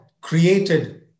created